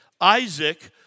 Isaac